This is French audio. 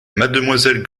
mademoiselle